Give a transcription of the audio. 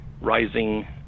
rising